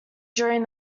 during